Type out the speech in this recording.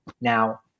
Now